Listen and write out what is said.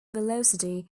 velocity